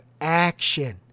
action